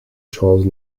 charles